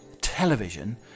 television